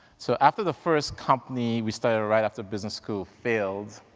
so after the first company we started right after business school failed,